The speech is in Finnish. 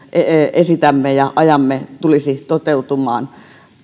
esitämme ja ajamme tulisi toteutumaan